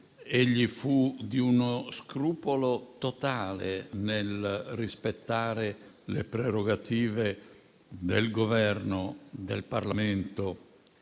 egli fu di uno scrupolo totale nel rispettare le prerogative del Governo e del Parlamento,